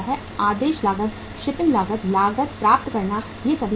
आदेश लागत शिपिंग लागत लागत प्राप्त करना ये सभी लागतें हैं